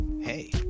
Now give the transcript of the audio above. hey